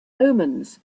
omens